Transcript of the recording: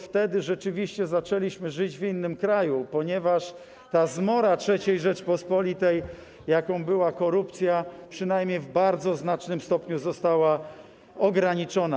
Wtedy rzeczywiście zaczęliśmy żyć w innym kraju, ponieważ ta zmora III Rzeczypospolitej, jaką była korupcja, przynajmniej w bardzo znacznym stopniu została ograniczona.